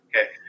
okay